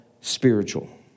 spiritual